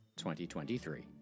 2023